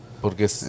Porque